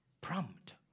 Prompt